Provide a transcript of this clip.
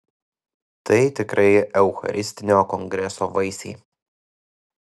tai tikrai eucharistinio kongreso vaisiai